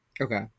Okay